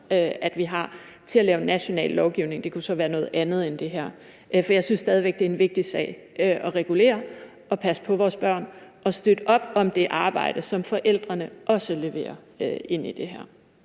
at vi har, til at lave national lovgivning. Det kunne så være noget andet end det her. For jeg synes stadig væk, at det er en vigtig sag at regulere og passe på vores børn og støtte op om det arbejde, som forældrene også leverer ind i det her.